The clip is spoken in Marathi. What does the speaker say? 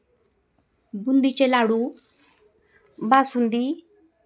बुंदीचे लाडू बासुंदी